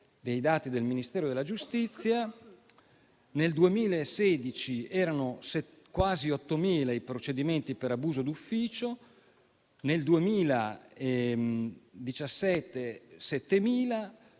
dei dati del Ministero della giustizia. Nel 2016, erano quasi 8.000 i procedimenti per abuso d'ufficio; nel 2017 7.000;